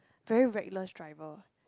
very reckless driver